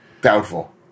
Doubtful